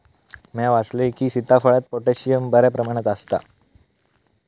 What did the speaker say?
म्या वाचलंय की, सीताफळात पोटॅशियम बऱ्या प्रमाणात आसता